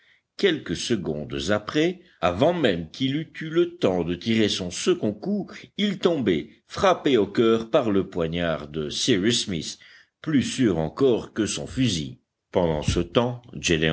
quelques secondes après avant même qu'il eût eu le temps de tirer son second coup il tombait frappé au coeur par le poignard de cyrus smith plus sûr encore que son fusil pendant ce temps